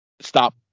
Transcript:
stop